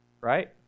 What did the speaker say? Right